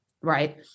right